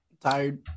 Tired